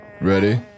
Ready